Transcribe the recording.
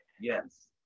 Yes